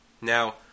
Now